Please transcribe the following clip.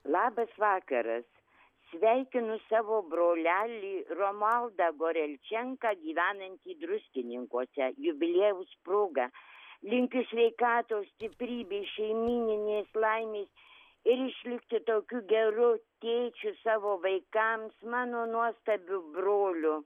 labas vakaras sveikinu savo brolelį romualdą gorelčenką gyvenantį druskininkuose jubiliejaus proga linkiu sveikatos stiprybės šeimyninės laimės ir išlikti tokiu geru tėčiu savo vaikams mano nuostabiu broliu